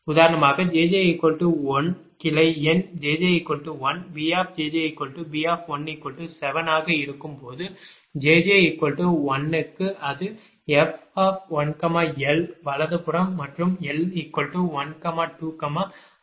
உதாரணமாக jj 1 கிளை எண் jj1 BjjB17 ஆக இருக்கும் போது jj 1 க்கு அது f1l வலது மற்றும் l127 ஆக இருக்கும்